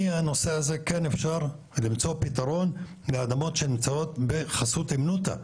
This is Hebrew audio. מהנושא הזה כן אפשר למצוא פתרון לאדמות שנמצאות בחסות הימנותא,